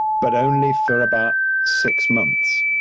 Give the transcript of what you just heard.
but only for about six months.